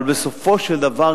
אבל בסופו של דבר,